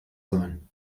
sein